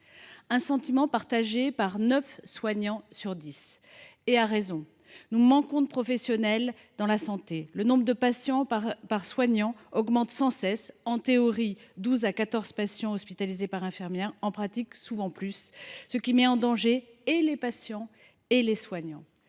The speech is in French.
tel sentiment est partagé par neuf soignants sur dix, à raison. En effet, nous manquons de professionnels de santé. Le nombre de patients par soignant augmente sans cesse. En théorie, 12 à 14 patients sont hospitalisés par infirmière, mais en pratique souvent davantage, ce qui met en danger les patients et les soignants.